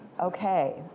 Okay